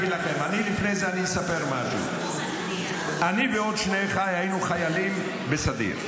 לפני זה אני אספר משהו: אני ועוד שני אחיי היינו חיילים בסדיר,